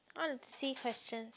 I want to see questions